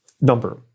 number